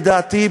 לדעתי,